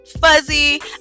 fuzzy